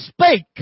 spake